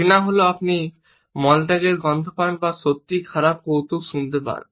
ঘৃণা হল যখন আপনি মলত্যাগের গন্ধ পান বা সত্যিই খারাপ কৌতুক শুনতে পান